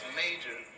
major